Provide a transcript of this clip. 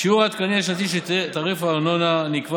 שיעור העדכון השנתי של תעריף הארנונה נקבע